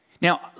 Now